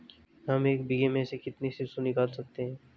हम एक बीघे में से कितनी सरसों निकाल सकते हैं?